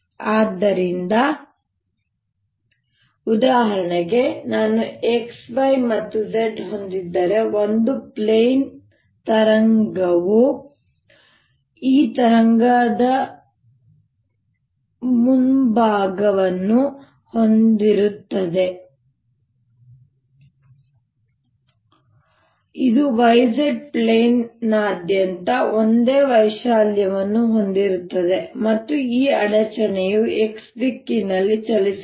ಆದ್ದರಿಂದ ಉದಾಹರಣೆಗೆ ನಾನು xy ಮತ್ತು z ಹೊಂದಿದ್ದರೆ ಒಂದು ಪ್ಲೇನ್ ತರಂಗವು ಈ ತರಂಗ ಮುಂಭಾಗವನ್ನು ಹೊಂದಿರುತ್ತದೆ ಇದು yz ಪ್ಲೇನ್ನಾದ್ಯಂತ ಒಂದೇ ವೈಶಾಲ್ಯವನ್ನು ಹೊಂದಿರುತ್ತದೆ ಮತ್ತು ಈ ಅಡಚಣೆಯು x ದಿಕ್ಕಿನಲ್ಲಿ ಚಲಿಸುತ್ತದೆ